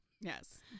yes